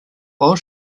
while